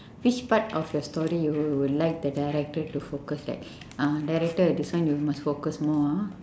which part of your story you would like the director to focus at uh director this one you must focus more ah